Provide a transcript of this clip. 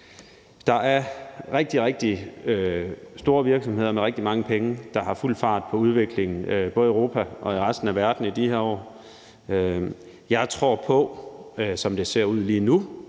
Der er rigtig, rigtig store virksomheder med rigtig mange penge, der har fuld fart på udviklingen, både i Europa og i resten af verden i de her år. Jeg tror på, som det ser ud lige nu,